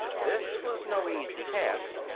this was no easy task,